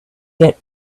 get